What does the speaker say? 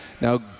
Now